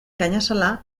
gainazala